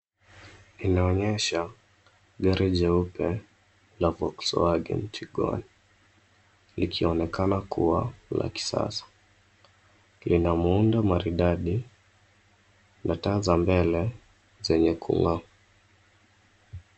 Inaonyesha gari jeupe la Volkswagen Chigon likionekana kuwa la kisasa. Lina muundo maridadi na taa za mbele zenye kung'aa.